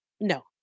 no